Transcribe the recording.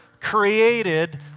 created